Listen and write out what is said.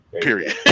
Period